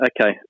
okay